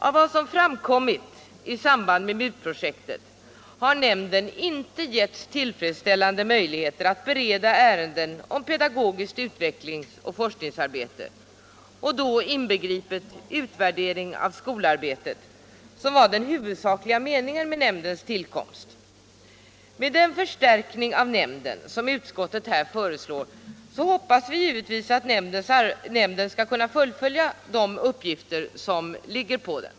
Av vad som framkommit i samband med MUT-projektet har nämnden icke getts tillfredsställande möjligheter att bereda ärenden om pedagogiskt utvecklingsoch forskningsarbete, inbegripet utvärdering av skolarbetet, vilket ju var den huvudsakliga meningen med nämndens tillkomst. Med den förstärkning av nämnden som utskottet här föreslår hoppas vi givetvis att nämnden skall kunna fullgöra de uppgifter som åvilar den.